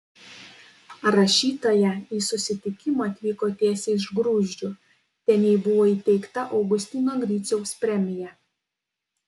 rašytoja į susitikimą atvyko tiesiai iš gruzdžių ten jai buvo įteikta augustino griciaus premija